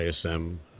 ISM